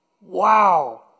Wow